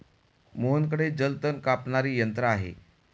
मोहनकडे जलतण कापणारे यंत्र आहे